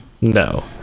No